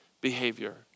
behavior